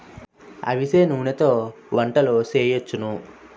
అవిసె నూనెతో వంటలు సేయొచ్చును